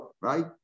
right